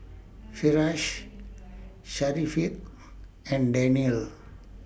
Firash Syafiqah and Daniel